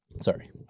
Sorry